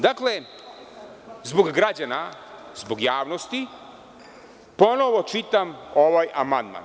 Dakle, zbog građana, zbog javnosti ponovo čitam ovaj amandman.